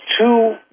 two